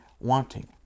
wanting